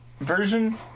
version